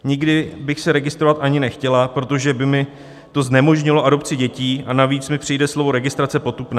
Nikdy bych se registrovat ani nechtěla, protože by mi to znemožnilo adopci dětí, a navíc mi přijde slovo registrace potupné.